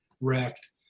wrecked